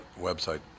website